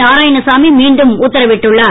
நாராயணசாமி மீண்டும் உத்தரவிட்டுள்ளார்